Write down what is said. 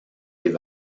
des